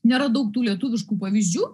nėra daug tų lietuviškų pavyzdžių